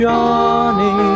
Johnny